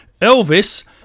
Elvis